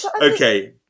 Okay